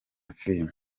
filime